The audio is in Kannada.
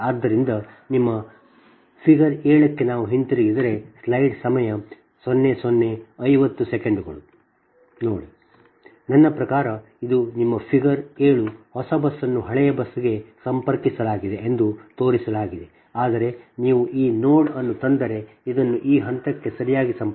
ಆದ್ದರಿಂದ ನಿಮ್ಮ ಫಿಗರ್ 7 ಗೆ ನಾವು ಹಿಂತಿರುಗಿದರೆ ನನ್ನ ಪ್ರಕಾರ ಇದು ನಿಮ್ಮ ಫಿಗರ್ 7 ಹೊಸ ಬಸ್ ಅನ್ನು ಹಳೆಯ ಬಸ್ಗೆ ಸಂಪರ್ಕಿಸಲಾಗಿದೆ ಎಂದು ತೋರಿಸಲಾಗಿದೆ ಆದರೆ ನೀವು ಈ ನೋಡ್ ಅನ್ನು ತಂದರೆ ಇದನ್ನು ಈ ಹಂತಕ್ಕೆ ಸರಿಯಾಗಿ ಸಂಪರ್ಕಿಸಿ